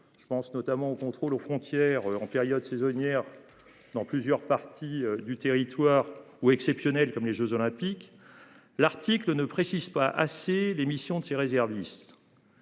Je pense notamment aux contrôle aux frontières en période saisonnière. Dans plusieurs parties du territoire ou exceptionnels comme les Jeux olympiques. L'article ne précise pas assez l'émission de ces réservistes.